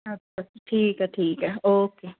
ਅੱਛਾ ਠੀਕ ਹੈ ਠੀਕ ਹੈ ਓਕੇ